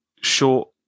short